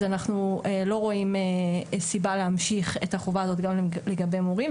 אז אנחנו לא רואים סיבה להמשיך את החובה הזאת גם לגבי מורים,